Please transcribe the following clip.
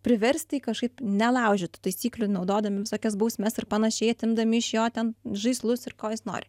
priversti jį kažkaip nelaužyt tų taisyklių naudodami visokias bausmes ir panašiai atimdami iš jo ten žaislus ir ko jis nori